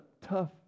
tough